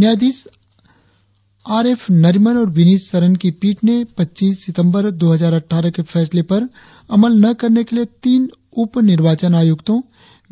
न्यायाधीस R F Nariman और विनीत सरन की पीठ ने पचीस सितम्बर दो हजार अटठारह के फैसले पर अमल न करने के लिए तीन उपनिर्वाचन आयुक्तो